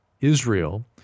Israel